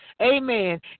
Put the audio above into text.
Amen